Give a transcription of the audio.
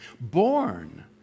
born